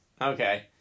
Okay